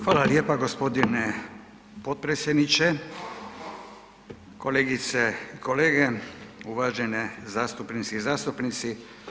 Hvala lijepa g. potpredsjedniče, kolegice i kolege, uvažene zastupnice i zastupnici.